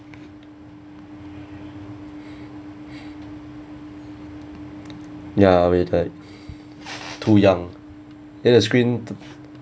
ya we're like too young eh the screen